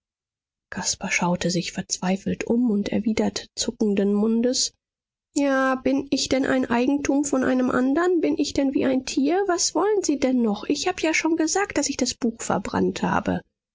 caspar schaute sich verzweifelt um und erwiderte zuckenden mundes ja bin ich denn ein eigentum von einem andern bin ich denn wie ein tier was wollen sie denn noch ich hab ja schon gesagt daß ich das buch verbrannt habe